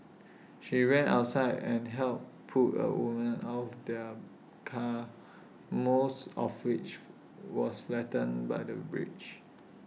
she ran outside and helped pull A woman out of their car most of which was flattened by the bridge